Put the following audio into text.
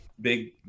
big